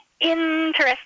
interesting